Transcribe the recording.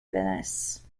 winners